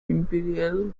imperial